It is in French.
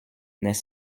n’est